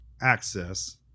access